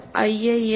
iisctagmail